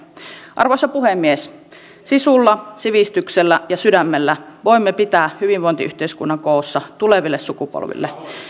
arvoisa puhemies sisulla sivistyksellä ja sydämellä voimme pitää hyvinvointiyhteiskunnan koossa tuleville sukupolville